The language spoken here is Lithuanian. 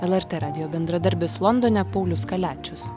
lrt radijo bendradarbis londone paulius kaliačius